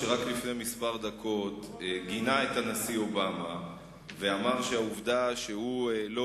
שרק לפני כמה דקות גינה את הנשיא אובמה ואמר שהעובדה שהוא לא